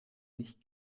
nicht